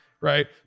right